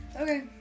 Okay